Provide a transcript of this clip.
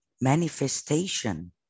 manifestation